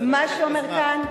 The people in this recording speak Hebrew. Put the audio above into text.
מה שאומר כאן,